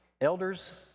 elders